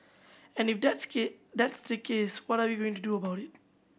and if that's that's the case what are we going to do about it